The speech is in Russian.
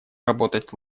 работать